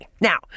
now